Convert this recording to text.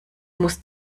muss